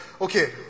okay